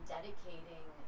Dedicating